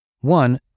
One